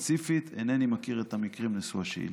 ספציפית אינני מכיר את המקרים נשוא השאילתה.